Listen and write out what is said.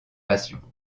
passions